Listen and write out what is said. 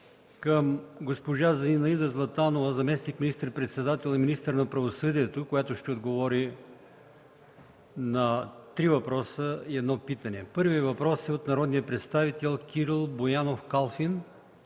към госпожа Зинаида Златанова – заместник министър-председател и министър на правосъдието, която ще отговори на три въпроса и едно питане. Първият въпрос е от народния представител Кирил Боянов Калфин